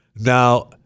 Now